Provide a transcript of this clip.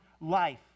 life